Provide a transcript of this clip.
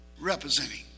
representing